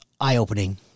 eye-opening